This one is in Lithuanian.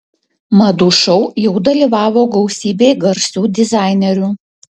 madų šou jau dalyvavo gausybė garsių dizainerių